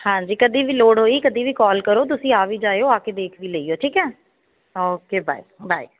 ਹਾਂਜੀ ਕਦੀ ਵੀ ਲੋੜ ਹੋਈ ਕਦੀ ਵੀ ਕਾਲ ਕਰੋ ਤੁਸੀਂ ਆ ਵੀ ਜਾਇਓ ਆ ਕੇ ਦੇਖ ਵੀ ਲਈਓ ਠੀਕ ਹੈ ਓਕੇ ਬਾਏ ਬਾਏ